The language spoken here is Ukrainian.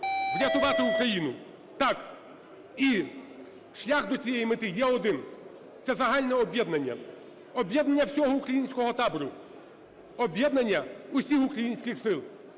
врятувати Україну? Так. І шлях до цієї мети є один – це загальне об'єднання, об'єднання всього українського табору, об'єднання усіх українських сил.